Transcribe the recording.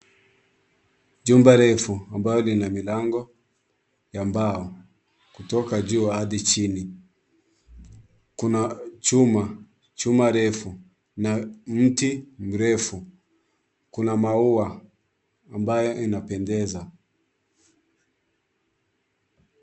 Jumba refu ambayo lina milango ya mbao kutoka juu hadi chini. Kuna chuma refu na miti mirefu. Kuna maua ambayo inapendeza.